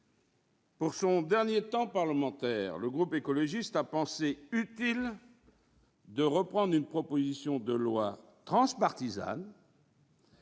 pour son dernier espace réservé, le groupe écologiste a pensé utile de reprendre une proposition de loi transpartisane